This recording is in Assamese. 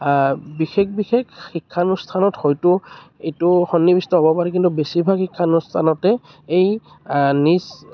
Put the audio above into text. বিশেষ বিশেষ শিক্ষানুষ্ঠানত হয়তো এইটো সন্নিৱিষ্ট হ'ব পাৰে কিন্তু বেছিভাগ শিক্ষানুষ্ঠানতে এই নিজ